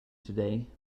today